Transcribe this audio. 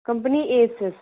ओह् में